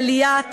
לליאת,